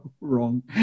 wrong